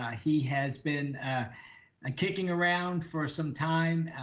he has been and kicking around for some time,